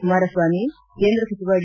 ಕುಮಾರಸ್ವಾಮಿ ಕೇಂದ್ರ ಸಚಿವ ಡಿ